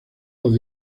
los